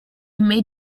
made